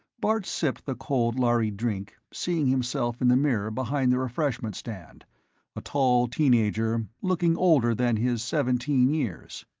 bart sipped the cold lhari drink, seeing himself in the mirror behind the refreshment stand a tall teen-ager, looking older than his seventeen years.